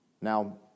Now